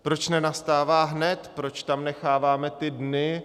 Proč nenastává hned, proč tam necháváme ty dny?